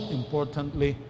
importantly